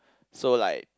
so like